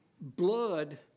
blood